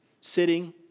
Sitting